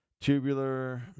Tubular